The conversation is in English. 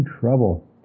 trouble